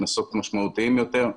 קנסות משמעותיים יותר,